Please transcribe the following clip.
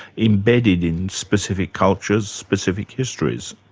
embedded in specific cultures, specific histories?